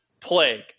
Plague